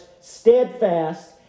steadfast